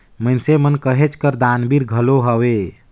मइनसे मन कहेच कर दानबीर घलो हवें